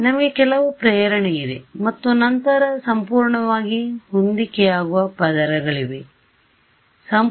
ನಮಗೆ ಕೆಲವು ಪ್ರೇರಣೆ ಇದೆ ಮತ್ತು ನಂತರ ಸಂಪೂರ್ಣವಾಗಿ ಹೊಂದಿಕೆಯಾಗುವ ಪದರಗಳಿಗೆ ಬರುತ್ತೇವೆ